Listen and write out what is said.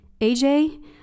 AJ